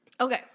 Okay